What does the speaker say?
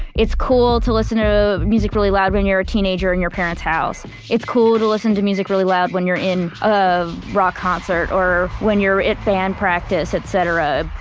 it's cool to listen to music really loud when you're a teenager in your parent's house it's cool to listen to music really loud when you're in a rock concert or when you're at band practice et cetera